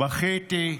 בכיתי,